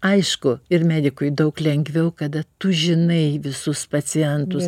aišku ir medikui daug lengviau kada tu žinai visus pacientus